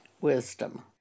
wisdom